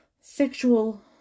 sexual